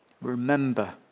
Remember